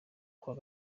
kuwa